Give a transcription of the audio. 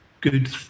good